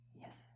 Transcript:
Yes